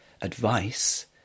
advice